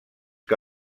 que